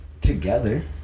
together